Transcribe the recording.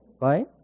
Right